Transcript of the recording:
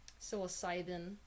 psilocybin